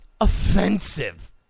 offensive